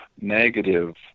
negative